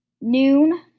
noon